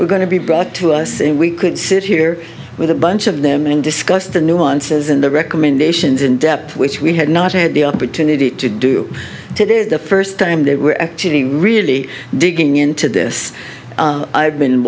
were going to be brought to us and we could sit here with a bunch of them and discuss the nuances in the recommendations in depth which we had not had the opportunity to do today is the first time they were really digging into this i've been